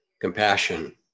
Compassion